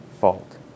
fault